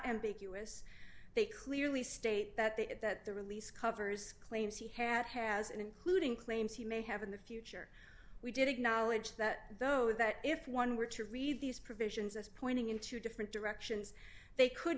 ambiguous they clearly state that the it that the release covers claims he had has including claims he may have in the future we did acknowledge that though that if one were to read these provisions as pointing in two different directions they could